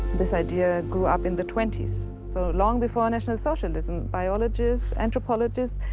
this idea grew up in the twenty s, so long before national socialism, biologists, anthropologists,